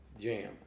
jam